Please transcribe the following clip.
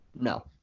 No